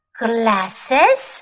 glasses